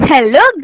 Hello